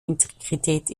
integrität